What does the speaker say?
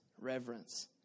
Reverence